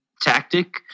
tactic